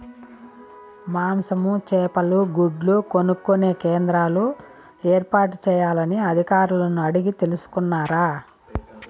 మాంసము, చేపలు, గుడ్లు కొనుక్కొనే కేంద్రాలు ఏర్పాటు చేయాలని అధికారులను అడిగి తెలుసుకున్నారా?